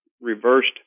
reversed